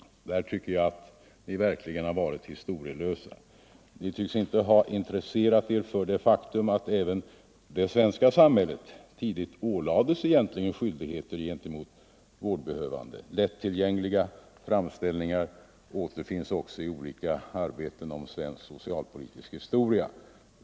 Där tycker jag att ni verkligen har varit historielösa. Ni tycks inte ha intresserat er för det faktum att även det svenska samhället tidigt ålades skyldigheter gentemot vårdbehövande. Lättillgängliga framställningar återfinns också i olika arbeten om svensk socialpolitisk historia.